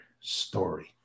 story